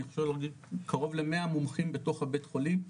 אני חושב קרוב ל-100 מומחים בתוך בית החולים,